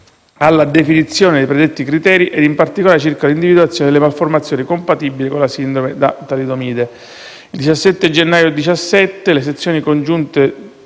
alla definizione dei predetti criteri e, in particolare, circa l'individuazione delle malformazioni compatibili con la sindrome da talidomide. Il 17 gennaio 2017 le sezioni congiunte